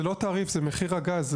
זה לא תעריף זה מחיר הגז.